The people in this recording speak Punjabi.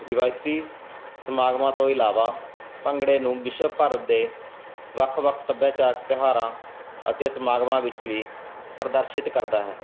ਰਿਵਾਇਤੀ ਸਮਾਗਮਾਂ ਤੋਂ ਇਲਾਵਾ ਭੰਗੜੇ ਨੂੰ ਵਿਸ਼ਵ ਭਾਰਤ ਦੇ ਵੱਖ ਵੱਖ ਸੱਭਿਆਚਾਰਕ ਤਿਉਹਾਰਾਂ ਅਤੇ ਸਮਾਗਮਾਂ ਵਿੱਚ ਵੀ ਪ੍ਰਦਰਸ਼ਿਤ ਕਰਦਾ ਹੈ